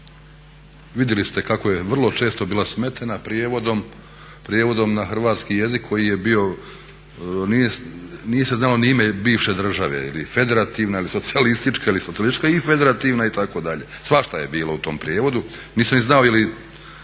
Vidjeli ste kako je vrlo često bilo smetena prijevodom na hrvatski jezik koji je bio, nije se znalo ni ime bivše države je li federativna ili socijalistička ili socijalistička i federativna itd., svašta je bilo u tom prijevodu. Nisam ni znao kad